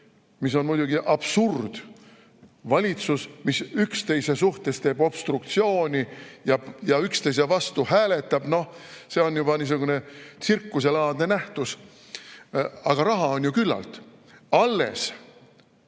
mis on muidugi absurd, valitsus, mis üksteise suhtes teeb obstruktsiooni ja üksteise vastu hääletab, see on juba niisugune tsirkuselaadne nähtus, aga raha on ju küllalt. Alles